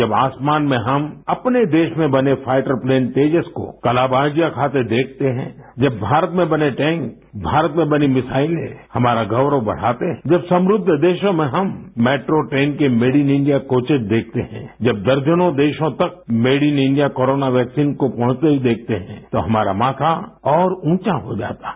जब आसमान में हम अपने देश में बने फाइटर प्लेथ्न तेजस को कलाबाजियाँ खाते देखते हैं जब भारत में बने टैंक भारत में बनी मिसाइलें हमारा गौरव बढ़ाते हैं जब समुद्ध देशों में हम मेट्रो ट्रेन के मेड इन इंडिया कोचेस देखते हैं जब दर्जनों देशों तक made in India corona vaccine को पहुँचते हुए देखते हैं तो हमारा माथा और ऊंचा हो जाता है